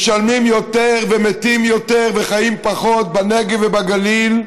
משלמים יותר, מתים יותר וחיים פחות, בנגב ובגליל,